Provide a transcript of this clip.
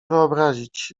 wyobrazić